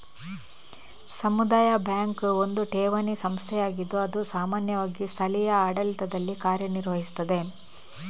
ಸಮುದಾಯ ಬ್ಯಾಂಕು ಒಂದು ಠೇವಣಿ ಸಂಸ್ಥೆಯಾಗಿದ್ದು ಅದು ಸಾಮಾನ್ಯವಾಗಿ ಸ್ಥಳೀಯ ಆಡಳಿತದಲ್ಲಿ ಕಾರ್ಯ ನಿರ್ವಹಿಸ್ತದೆ